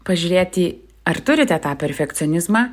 pažiūrėti ar turite tą perfekcionizmą